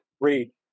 Read